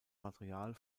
material